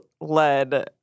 led